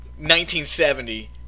1970